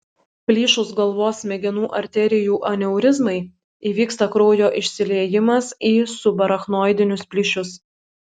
plyšus galvos smegenų arterijų aneurizmai įvyksta kraujo išsiliejimas į subarachnoidinius plyšius